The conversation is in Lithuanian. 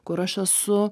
kur aš esu